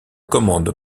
commande